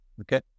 Okay